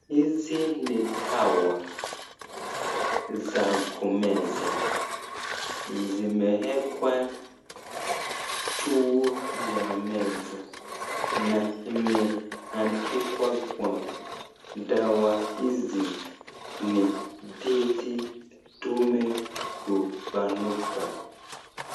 Hizi ni dawa za kumeza zimewekwa juu ya meza na imeandikwa kwamba dawa hizi ni tezi dume kupanuka.